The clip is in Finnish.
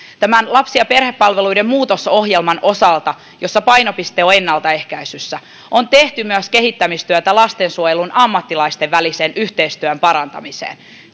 tämän lapsi ja perhepalveluiden muutosohjelman osalta jossa painopiste on ennaltaehkäisyssä on tehty myös kehittämistyötä lastensuojelun ammattilaisten välisen yhteistyön parantamiseksi